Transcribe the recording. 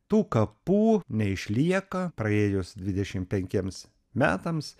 tų kapų neišlieka praėjus dvidešim penkiems metams